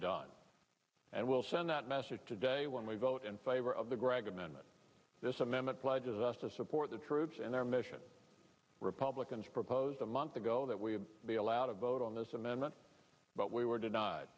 done and we'll send that message today when we vote in favor of the gregg amendment this amendment pledges us to support the troops and their mission republicans proposed a month ago that we had the allow to vote on this amendment but we were denied